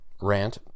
rant